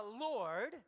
Lord